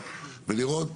ולראות